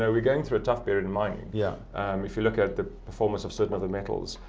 ah we're going through a tough year in mining. yeah um if you look at the performance of certain other metals,